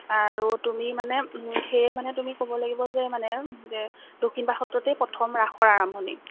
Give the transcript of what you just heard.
আৰু তুমি মানে সেয়ে তুমি মানে ক'ব লাগিব যে মানে যে দক্ষিণপাট সত্ৰতেই প্ৰথম ৰাসৰ আৰম্ভণি